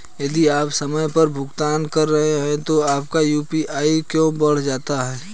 यदि आप समय पर भुगतान कर रहे हैं तो आपका ए.पी.आर क्यों बढ़ जाता है?